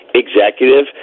executive